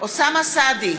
אוסאמה סעדי,